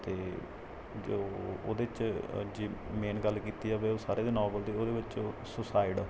ਅਤੇ ਜੋ ਉਹਦੇ 'ਚ ਜੇ ਮੇਨ ਗੱਲ ਕੀਤੀ ਜਾਵੇ ਉਹ ਸਾਰੇ ਦੇ ਨੋਵਲ ਦੀ ਉਹਦੇ ਵਿੱਚ ਸੁਸਾਇਡ